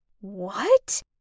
What